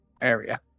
area